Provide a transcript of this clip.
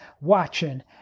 Watching